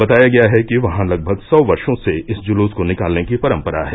बताया गया है कि वहां लगभग सौ वर्षो से इस जुलूस को निकालने की परम्परा है